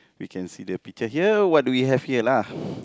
you can see the picture here what do you have here lah